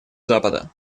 запада